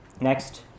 Next